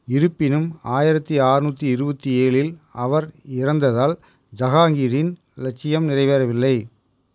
இருப்பினும் ஆயிரத்தி ஆற்நூற்றி இருபத்தி ஏழில் அவர் இறந்ததால் ஜஹாங்கிரின் லட்சியம் நிறைவேறவில்லை